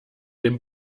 dem